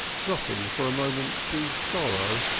dropping for a moment to sorrow,